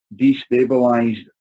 destabilized